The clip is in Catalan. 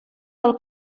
del